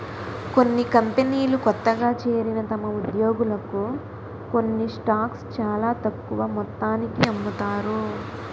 కొన్ని కంపెనీలు కొత్తగా చేరిన తమ ఉద్యోగులకు కొన్ని స్టాక్స్ చాలా తక్కువ మొత్తానికి అమ్ముతారు